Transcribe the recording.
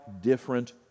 different